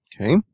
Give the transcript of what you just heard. Okay